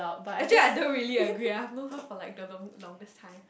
actually I don't really agree ah I've known her for like the the longest time